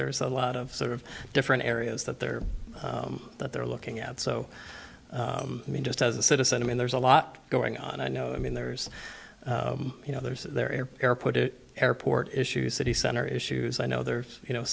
there's a lot of sort of different areas that they're that they're looking at so i mean just as a citizen i mean there's a lot going on i know i mean there's you know there's there airport to airport issue city center issues i know there's you know